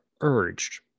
urged